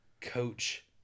coach